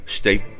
state